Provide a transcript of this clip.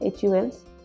HUL's